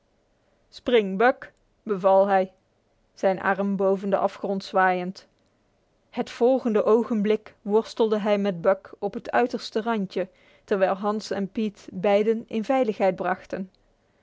buck beval hij zijn arm boven de afgrond zwaaiend het volgende ogenblik worstelde hij met buck op het uiterste randje terwijl hans en pete beiden in veiligheid brachten